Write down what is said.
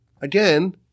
Again